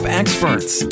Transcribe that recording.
experts